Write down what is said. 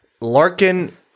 Larkin